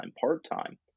part-time